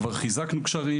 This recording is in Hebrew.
כבר חיזקנו גשרים,